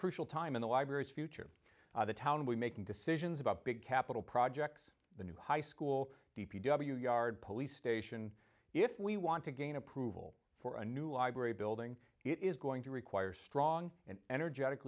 crucial time in the library future the town we making decisions about big capital projects the new high school d p w yard police station if we want to gain approval for a new library building it is going to require strong and energetic